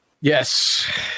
Yes